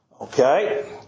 Okay